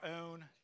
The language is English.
own